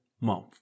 month